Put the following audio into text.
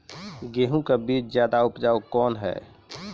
गेहूँ के बीज ज्यादा उपजाऊ कौन है?